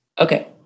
Okay